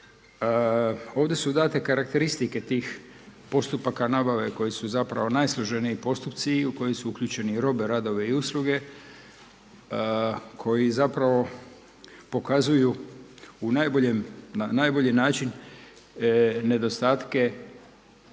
Ovdje su date karakteristike tih postupaka nabave koji su najsloženiji postupci i u koji su uključeni robe, radove i usluge koji pokazuju na najbolji način nedostatke